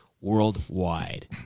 worldwide